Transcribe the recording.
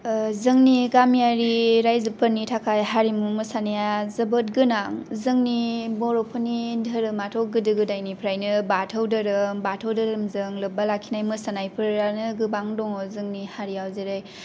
जोंनि गामियारि रायजोफोरनि थाखाय हारिमु मोसानाया जोबोद गोनां जोंनि बर'फोरनि धोरामाथ' गोदो गोदायनिफ्रायनो बाथौ धोरोम बाथौ धोरोमजों लोब्बा लाखिना मोसानायफ्रानो गोबां दङ जोंनि हारियाव जेरै